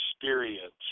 experience